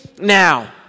Now